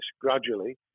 gradually